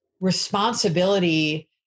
responsibility